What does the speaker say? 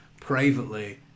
privately